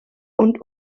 und